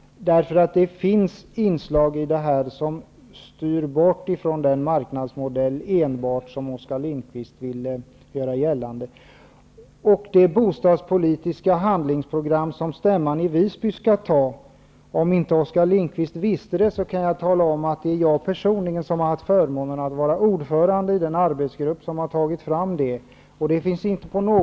Det finns inslag i detta som styr bort från den marknadsmodell som Oskar Lindkvist vill göra gällande råder här. När det gäller det bostadspolitiska handlingsprogram som stämman i Visby skall fatta beslut om, kan jag tala om att det är jag personligen som har haft förmånen att vara ordförande i den arbetsgrupp som har tagit fram det, om Oskar Lindkvist inte visste det.